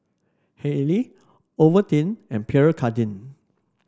Haylee Ovaltine and Pierre Cardin